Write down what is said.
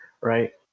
Right